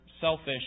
selfish